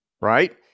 right